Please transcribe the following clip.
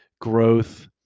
growth